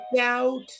Out